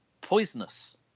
poisonous